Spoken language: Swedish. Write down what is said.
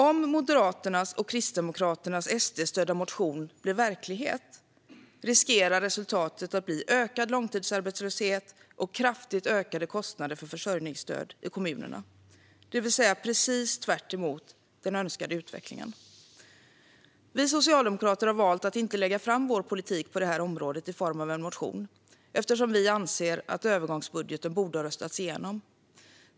Om Moderaternas och Kristdemokraternas SD-stödda motion blir verklighet riskerar resultatet att bli ökad långtidsarbetslöshet och kraftigt ökade kostnader för försörjningsstöd i kommunerna. Det är precis tvärtemot den önskade utvecklingen. Vi socialdemokrater har valt att inte lägga fram vår politik på det här området i form av en motion, eftersom vi anser att övergångsbudgeten borde ha röstats igenom.